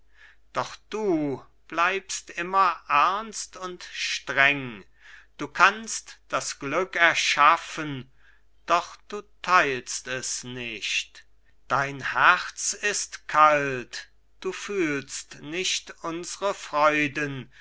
doch du bleibst immer ernst und streng du kannst das glück erschaffen doch du teilst es nicht dein herz ist kalt du fühlst nicht unsre freuden